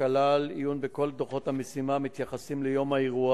שכלל עיון בכל דוחות המשימה המתייחסים ליום האירוע